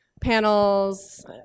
Panels